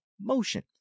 motion